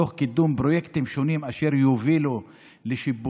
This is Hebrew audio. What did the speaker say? תוך קידום פרויקטים שונים אשר יובילו לשיפורים